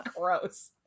Gross